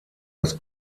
das